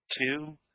Two